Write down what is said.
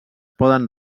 poden